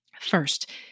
First